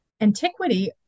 antiquity